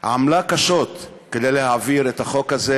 עמלה קשות כדי להעביר את החוק הזה,